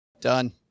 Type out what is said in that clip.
Done